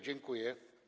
Dziękuję.